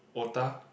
otah